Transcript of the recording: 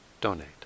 donate